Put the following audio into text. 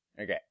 Okay